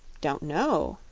don't know,